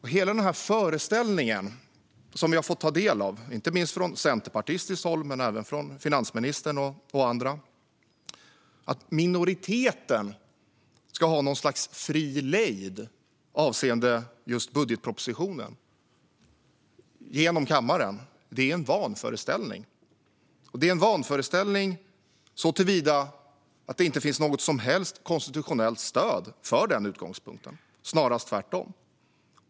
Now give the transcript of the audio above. Hela den föreställning vi har fått ta del av, inte minst från centerpartistiskt håll men även från finansministern och andra, om att minoriteten ska ha något slags fri lejd genom kammaren avseende just budgetpropositionen är en vanföreställning. Det finns inget som helst konstitutionellt stöd för denna utgångspunkt, snarast tvärtom.